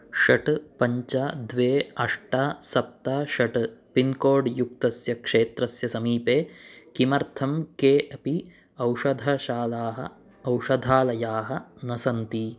षट् पञ्च द्वे अष्ट सप्त षट् पिन्कोड् युक्तस्य क्षेत्रस्य समीपे किमर्थं के अपि औषधशालाः औषधालयाः न सन्ति